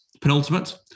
penultimate